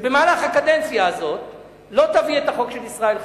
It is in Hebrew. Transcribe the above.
שבמהלך הקדנציה הזאת לא תביא את החוק של ישראל חסון.